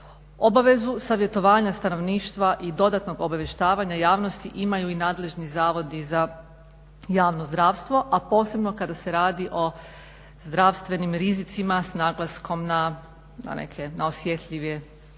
Obavezu savjetovanja stanovništva i dodatnog obavještavanja javnosti imaju i nadležni Zavodi za javno zdravstvo, a posebno kada se radi o zdravstvenim rizicima s naglaskom na neke, na osjetljive